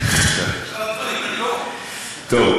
טוב,